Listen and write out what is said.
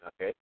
Okay